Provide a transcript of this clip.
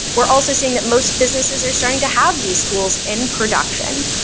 we're also seeing that most businesses are starting to have these tools in production.